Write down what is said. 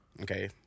Okay